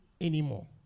anymore